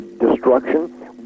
destruction